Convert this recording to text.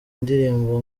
ndirimbo